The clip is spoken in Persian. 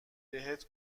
بهت